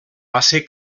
ser